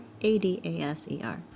A-D-A-S-E-R